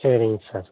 சரிங்க சார்